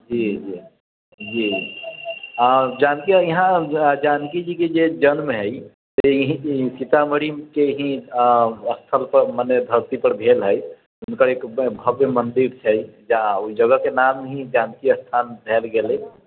जी जी जी जानकी ईहाँ जानकी जी के जे जन्म है से एहि सीतामढ़ी के ही स्थल पर मने धरती पर भेल है हुनकर एक भव्य मन्दिर छै जा ओहि जगह के नाम ही जानकी स्थान देल गेलै